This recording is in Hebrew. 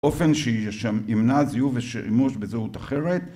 אופן ש... שימנע זיהו ושימוש בזהות אחרת